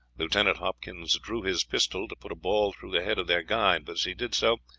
lieutenant hopkins drew his pistol to put a ball through the head of their guide, but as he did so,